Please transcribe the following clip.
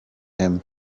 him